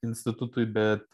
institutui bet